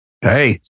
Hey